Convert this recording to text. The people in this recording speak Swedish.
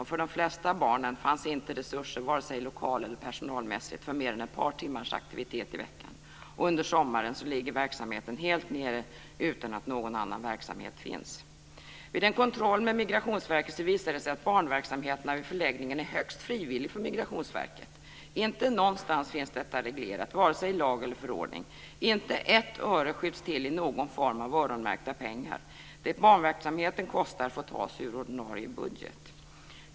För de flesta barnen fanns inte resurser, vare sig lokal eller personalmässigt, för mer än ett par timmars aktiviteter i veckan. Under sommaren ligger verksamheten helt nere utan att någon annan verksamhet finns. Vid en kontroll med Migrationsverket visade det sig att barnverksamheterna vid förläggningarna är högst frivilliga för Migrationsverket. Inte någonstans finns detta reglerat, vare sig i lag eller förordning. Inte ett öre skjuts till i någon form av öronmärkta pengar. Kostnaderna för barnverksamheten får tas ur ordinarie budget.